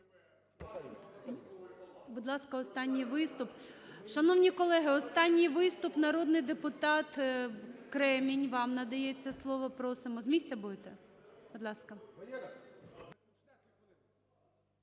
Будь ласка, останній виступ. Шановні колеги, останній виступ. Народний депутат Кремінь, вам надається слово, просимо. З місця будете? Будь ласка.